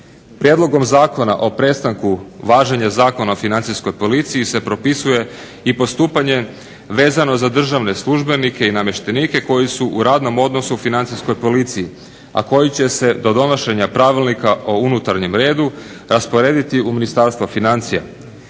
Prijedlogom zakona o prestanku važenja Zakona o Financijskoj policiji se propisuje i postupanje vezano za državne službenike i namještenike koji su u radnom odnosu u Financijskoj policiji, a koji će se do donošenja Pravilnika o unutarnjem redu rasporediti u Ministarstvo financija.